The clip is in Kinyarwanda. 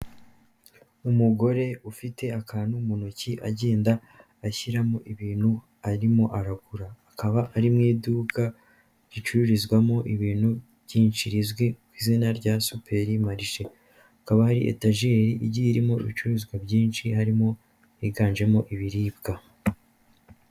Umugore ufite akantu mu ntoki, agenda ashyiramo ibintu arimo aragura. Akaba ari mu iduka ricururizwamo ibintu byinshi rizwi ku izina rya superi mrishe. Hakaba hari etajeri igiye irimo ibicuruzwa byinshi, harimo, higanjemo ibiribwa.